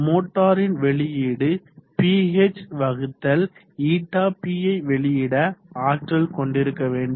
மோட்டாரின் வெளியீடு Phnpயை வெளியிட ஆற்றல் கொண்டிருக்க வேண்டும்